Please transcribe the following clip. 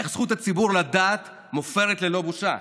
איך זכות הציבור לדעת מופרת ללא בושה.